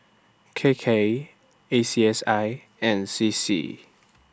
K K A C S I and C C